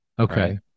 Okay